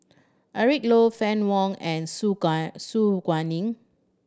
Eric Low Fann Wong and Su Gai Su Guaning